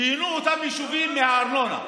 שאותם יישובים ייהנו מהארנונה.